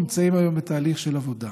ונמצאים היום בתהליך עבודה.